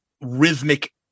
rhythmic